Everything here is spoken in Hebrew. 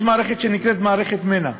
יש מערכת שנקראת מנ"ע.